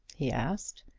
he asked.